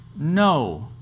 No